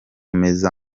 meza